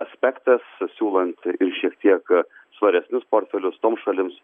aspektas siūlant ir šiek tiek svaresnius portfelius toms šalims